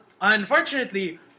unfortunately